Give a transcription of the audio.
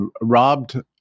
robbed